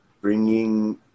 bringing